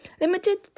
limited